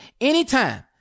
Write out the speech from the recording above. anytime